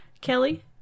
Kelly